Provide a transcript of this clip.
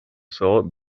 saw